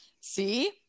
see